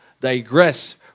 digress